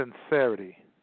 sincerity